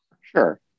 Sure